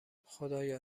خدایا